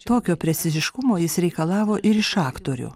tokio preciziškumo jis reikalavo ir iš aktorių